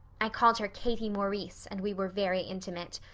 i called her katie maurice, and we were very intimate.